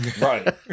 Right